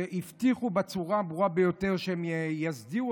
שהבטיחו בצורה הברורה ביותר שהם יסדירו